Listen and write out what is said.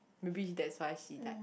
maybe that's why she like